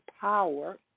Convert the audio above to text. power